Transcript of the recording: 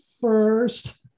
first